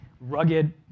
rugged